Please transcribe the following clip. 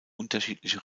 unterschiedliche